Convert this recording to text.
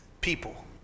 people